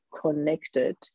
connected